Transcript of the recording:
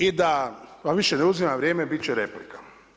I da vam više ne uzimam vrijeme, bit će replika.